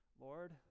Lord